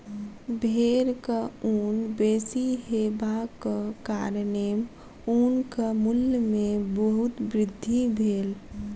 भेड़क ऊन बेसी हेबाक कारणेँ ऊनक मूल्य में बहुत वृद्धि भेल